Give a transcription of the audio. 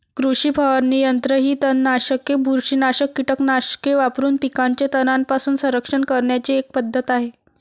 कृषी फवारणी यंत्र ही तणनाशके, बुरशीनाशक कीटकनाशके वापरून पिकांचे तणांपासून संरक्षण करण्याची एक पद्धत आहे